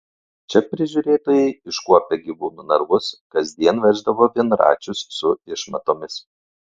čia prižiūrėtojai iškuopę gyvūnų narvus kasdien veždavo vienračius su išmatomis